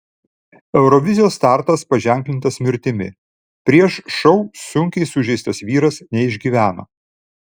eurovizijos startas paženklintas mirtimi prieš šou sunkiai sužeistas vyras neišgyveno